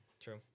True